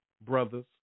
Brothers